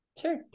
Sure